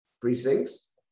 precincts